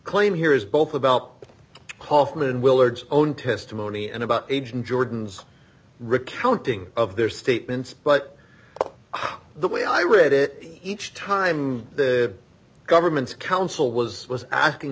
claim here is both about the kaufman willard's own testimony and about agent jordan's recounting of their statements but the way i read it each time the government's counsel was was asking